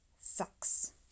sucks